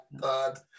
god